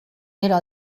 era